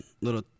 little